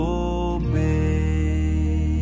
obey